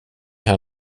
här